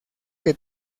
que